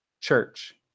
Church